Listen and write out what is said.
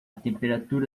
temperatura